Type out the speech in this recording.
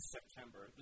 September